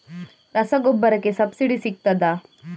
ರಸಗೊಬ್ಬರಕ್ಕೆ ಸಬ್ಸಿಡಿ ಸಿಗ್ತದಾ?